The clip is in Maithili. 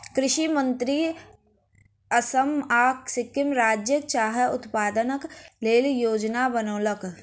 कृषि मंत्री असम आ सिक्किम राज्यक चाह उत्पादनक लेल योजना बनौलैन